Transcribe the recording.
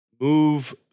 move